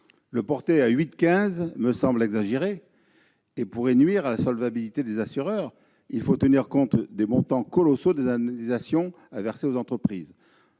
Le porter à 8,15 % me semble exagéré et pourrait nuire à la solvabilité des assureurs. Il faut tenir compte des montants colossaux des indemnisations à verser aux entreprises.